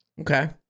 Okay